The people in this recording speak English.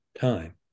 time